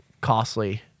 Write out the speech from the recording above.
costly